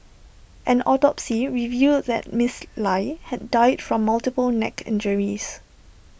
an autopsy revealed that miss lie had died from multiple neck injuries